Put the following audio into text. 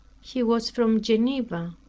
he was from geneva